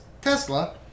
Tesla